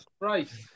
Right